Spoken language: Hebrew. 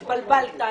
התבלבלת.